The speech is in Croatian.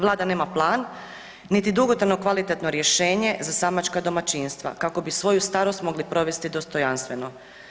Vlada nema plan niti dugotrajno kvalitetno rješenje za samačka domaćinstva, kako bi svoju starost mogli provesti dostojanstveno.